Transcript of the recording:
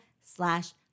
slash